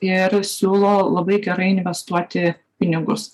ir siūlo labai gerai investuoti pinigus